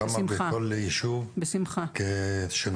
כמה אנשים כאלה יהיו בכל ישוב?